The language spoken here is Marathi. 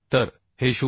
तर हे 0